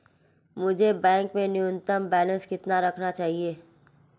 मुझे बैंक में न्यूनतम बैलेंस कितना रखना चाहिए?